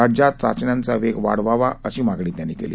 राज्यात चाचण्यांचा वेग वाढवावा अशी मागणी त्यांनी केली